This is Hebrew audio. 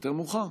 יותר מאוחר.